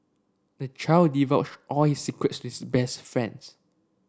the child divulged all his secrets his best friends